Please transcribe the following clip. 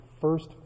first